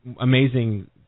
amazing